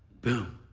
boom.